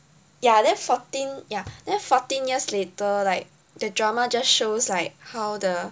ya then fourteen ya then fourteen years later like the drama just shows like how the